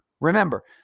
remember